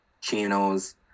chinos